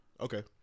Okay